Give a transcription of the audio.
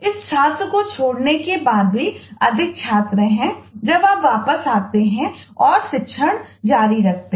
इस छात्र को छोड़ने के बाद भी अधिक छात्र हैं जब आप वापस आते हैं और शिक्षण जारी रखते हैं